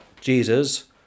Jesus